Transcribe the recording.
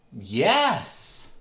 yes